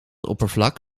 oppervlak